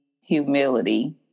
humility